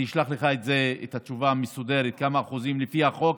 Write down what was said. אני אשלח לך תשובה מסודרת כמה אחוזים לפי החוק,